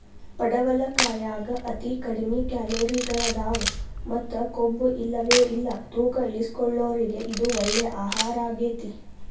ಪಡವಲಕಾಯಾಗ ಅತಿ ಕಡಿಮಿ ಕ್ಯಾಲೋರಿಗಳದಾವ ಮತ್ತ ಕೊಬ್ಬುಇಲ್ಲವೇ ಇಲ್ಲ ತೂಕ ಇಳಿಸಿಕೊಳ್ಳೋರಿಗೆ ಇದು ಒಳ್ಳೆ ಆಹಾರಗೇತಿ